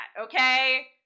okay